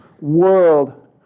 world